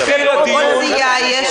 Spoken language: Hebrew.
אני לא ממש חייב שזה יהיה היום במליאה.